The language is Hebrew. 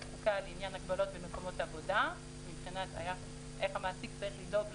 החוקה לעניין הגבלות במקומות עבודה בהיבט של הדאגה